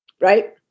right